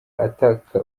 ataka